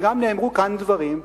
וגם נאמרו כאן דברים,